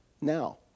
now